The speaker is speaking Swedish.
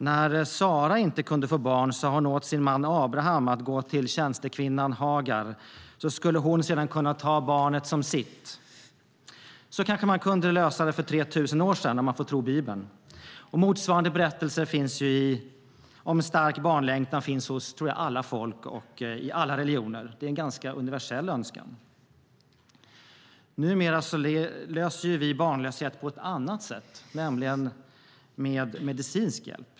När Sara inte kunde få barn sade hon åt sin man Abraham att gå till tjänstekvinnan Hagar så skulle hon sedan kunna ta barnet som sitt. Så kunde man kanske lösa det för 3 000 år sedan, om man får tro Bibeln. Motsvarande berättelser om stark barnlängtan finns hos alla folk och i alla religioner; det är en ganska universell önskan. Numera löser vi barnlöshet på ett annat sätt, nämligen med medicinsk hjälp.